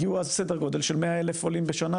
הגיעו סדר גודל של 100,000 עולים בשנה,